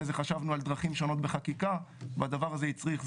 אחרי זה חשבנו על דרכים שונות בחקיקה והדבר הזה הצריך זמן.